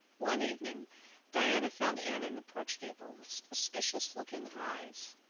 one evening diana found anne in the porch gable, with suspicious-looking eyes.